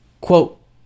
quote